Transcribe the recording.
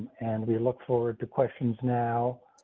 and we look forward to questions now.